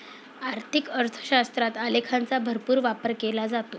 आर्थिक अर्थशास्त्रात आलेखांचा भरपूर वापर केला जातो